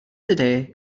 today